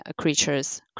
creatures